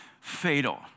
fatal